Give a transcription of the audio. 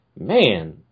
man